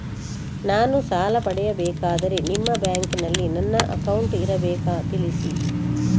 ನಾನು ಸಾಲ ಪಡೆಯಬೇಕಾದರೆ ನಿಮ್ಮ ಬ್ಯಾಂಕಿನಲ್ಲಿ ನನ್ನ ಅಕೌಂಟ್ ಇರಬೇಕಾ ತಿಳಿಸಿ?